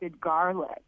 garlic